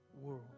world